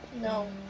No